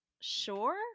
sure